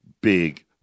big